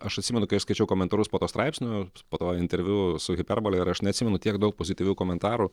aš atsimenu kai aš skaičiau komentarus po tuo straipsniu po to interviu su hiperbole ir aš neatsimenu tiek daug pozityvių komentarų